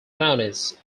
mountains